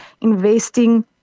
investing